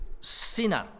sinner